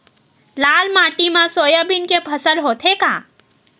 लाल माटी मा सोयाबीन के फसल होथे का?